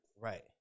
Right